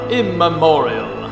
immemorial